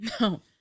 No